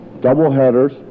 double-headers